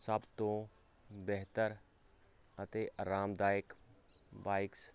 ਸਭ ਤੋਂ ਬਿਹਤਰ ਅਤੇ ਅਰਾਮਦਾਇਕ ਬਾਈਕਸ